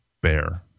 bear